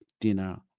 dinner